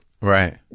right